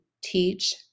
teach